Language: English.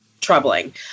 troubling